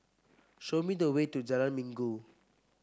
show me the way to Jalan Minggu